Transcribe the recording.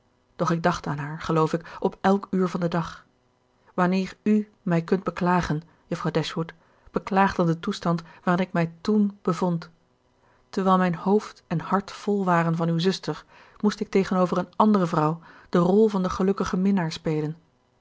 doch ik dacht aan haar geloof ik op elk uur van den dag wanneer u mij kunt beklagen juffrouw dashwood beklaag dan den toestand waarin ik mij toen bevond terwijl mijn hoofd en hart vol waren van uwe zuster moest ik tegenover eene andere vrouw de rol van den gelukkigen minnaar spelen